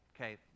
Okay